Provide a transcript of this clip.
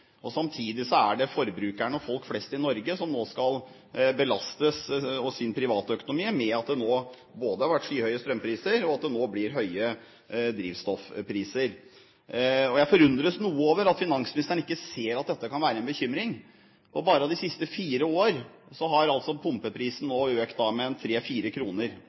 Samtidig er det forbrukeren og folk flest i Norge som nå skal belastes i sin privatøkonomi med det at det nå har vært skyhøye strømpriser og at det nå også blir høye drivstoffpriser. Jeg forundres noe over at finansministeren ikke ser at dette kan være en bekymring. For bare de siste fire år har pumpeprisen økt med 3–4 kr. For en gjennomsnittsfamilie betyr dette at man nå kontra for fire